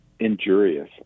Injurious